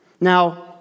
Now